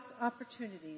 opportunities